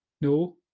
no